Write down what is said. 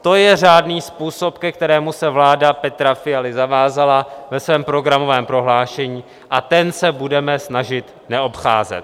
To je řádný způsob, ke kterému se vláda Petra Fialy zavázala ve svém programovém prohlášení, a ten se budeme snažit neobcházet.